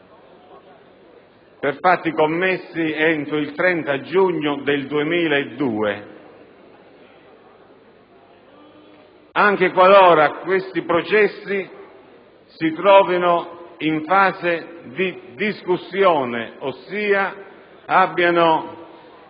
per fatti commessi entro il 30 giugno 2002 anche qualora tali processi si trovino in fase di discussione, ossia abbiano